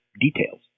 details